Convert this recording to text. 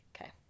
Okay